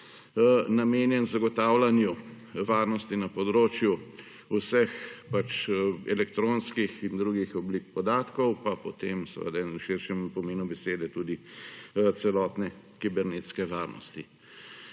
namenjen zagotavljanju varnosti na področju vseh elektronskih in drugih oblik podatkov, pa potem seveda v širšem pomenu besede tudi celotne kibernetske varnosti.